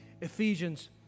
Ephesians